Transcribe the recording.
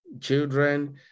children